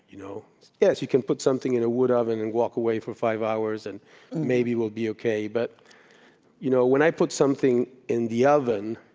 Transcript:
you know yes, you can put something in a wood oven, and walk away for five hours and maybe it will be ok but you know when i put something in the oven,